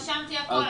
רשמתי הכול.